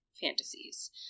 Fantasies